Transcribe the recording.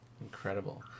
Incredible